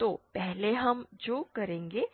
तो पहले हम जो करेंगे